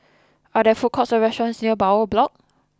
are there food courts or restaurants near Bowyer Block